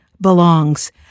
belongs